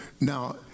now